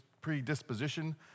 predisposition